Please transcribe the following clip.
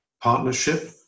partnership